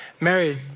married